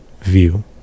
view